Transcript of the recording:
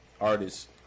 artists